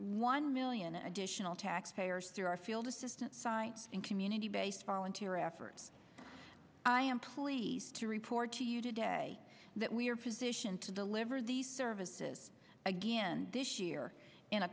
one million additional taxpayers through our field assistance and community based volunteer effort i am pleased to report to you today that we are positioned to deliver these services again this year in a